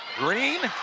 green.